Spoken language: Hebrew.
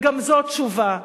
וגם זאת תשובה: